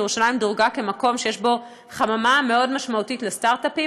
ירושלים דורגה כמקום שיש בו חממה מאוד משמעותית לסטרט-אפים,